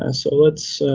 and so let's